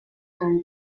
run